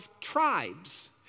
tribes